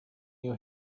you